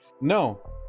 No